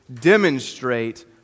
demonstrate